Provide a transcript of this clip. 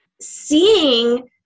seeing